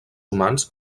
humans